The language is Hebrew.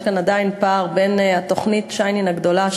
יש כאן עדיין פער בין תוכנית שיינין הגדולה,